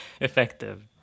Effective